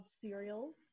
cereals